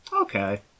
Okay